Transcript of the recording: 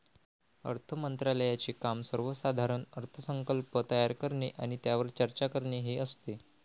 अर्थ मंत्रालयाचे काम सर्वसाधारण अर्थसंकल्प तयार करणे आणि त्यावर चर्चा करणे हे असते